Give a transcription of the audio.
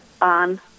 on